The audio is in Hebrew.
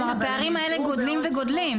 כלומר, הפערים האלה גדלים וגדלים.